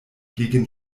gegen